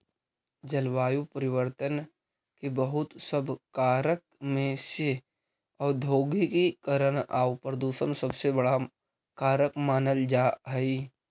जलवायु परिवर्तन के बहुत सब कारक में से औद्योगिकीकरण आउ प्रदूषण सबसे बड़ा कारक मानल जा हई